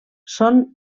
són